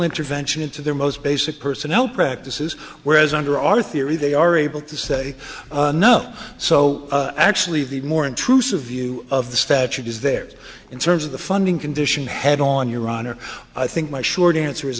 intervention into their most basic personnel practices whereas under our theory they are able to say no so actually the more intrusive view of the statute is there in terms of the funding condition head on your honor i think my short answer is